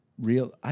real